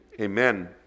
Amen